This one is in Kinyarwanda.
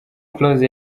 close